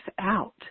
out